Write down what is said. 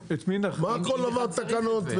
לגבי עוסקים מסוימים,